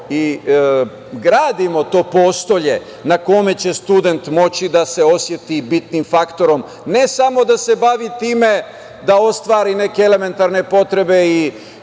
i gradimo to postolje na kome će student moći da se oseti bitnim faktorom, ne samo da se bavi time da ostvari neke elementarne potrebe i